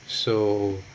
so